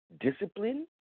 discipline